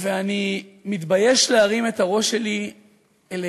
ואני מתבייש להרים את הראש שלי אליהם,